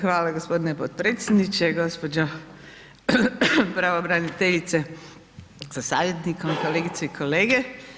Hvala gospodine podpredsjedniče, gospođo pravobraniteljice sa savjetnikom, kolegice i kolege.